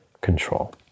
control